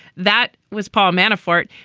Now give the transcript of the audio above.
that was paul manafort.